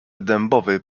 dębowy